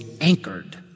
anchored